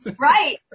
right